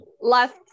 last